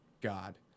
god